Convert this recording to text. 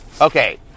Okay